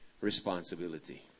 responsibility